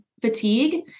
fatigue